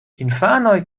infanoj